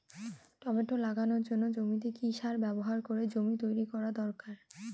Tomato লাগানোর জন্য জমিতে কি সার ব্যবহার করে জমি তৈরি করা দরকার?